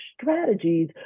strategies